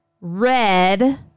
red